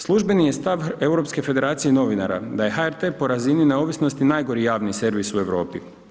Službeni je stav Europske federacije novinara, da je HRT po razini neovisnosti, najgori javni servis u Europi.